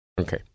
Okay